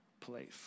place